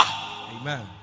Amen